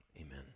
Amen